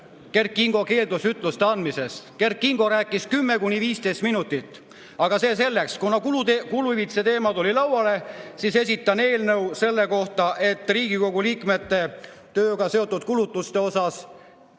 Kert Kingo keeldus ütluste andmisest. Kert Kingo rääkis 10–15 minutit. Aga see selleks. Kuna kuluhüvitise teema tuli arutelu alla, siis esitan eelnõu selle kohta, et Riigikogu liikmete tööga seotud kulutuste